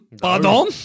Pardon